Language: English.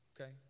Okay